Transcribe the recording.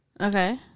Okay